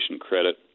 credit